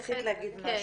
רצית להגיד משהו.